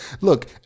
Look